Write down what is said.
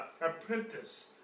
apprentice